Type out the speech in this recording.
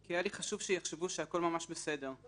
כי היה לי חשוב שיחשבו שהכול ממש בסדר.